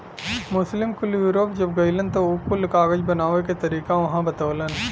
मुस्लिम कुल यूरोप जब गइलन त उ कुल कागज बनावे क तरीका उहाँ बतवलन